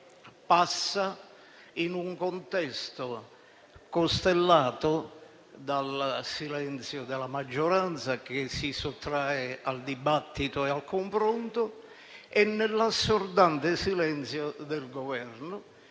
passando in un contesto costellato dal silenzio della maggioranza, che si sottrae al dibattito e al confronto, e nell'assordante silenzio del Governo